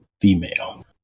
female